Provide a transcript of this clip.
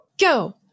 Go